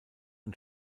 und